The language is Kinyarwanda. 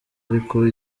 ariko